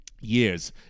years